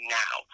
now